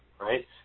right